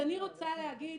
אני רוצה להגיד